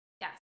Yes